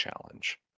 challenge